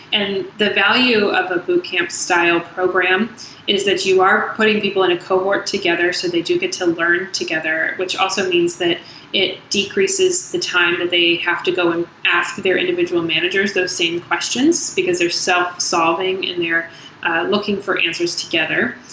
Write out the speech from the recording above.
and the value of a boot camp style program is that you are putting people in a cohort together so they do get to learn together, which also means that it decreases the time that they have to go and ask their individual managers those same questions, because they're self-solving and they're looking for answers together.